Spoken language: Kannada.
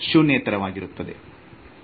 ಇದು ಶೂನ್ಯೇತರವಾಗಿರುತ್ತದೆ